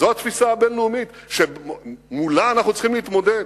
זו התפיסה הבין-לאומית שמולה אנחנו צריכים להתמודד.